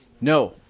No